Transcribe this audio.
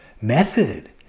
method